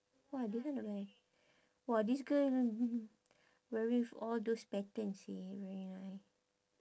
!wah! this one not bad eh !wah! this girl wear with all those pattern seh very nice